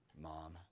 Mom